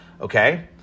Okay